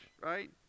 right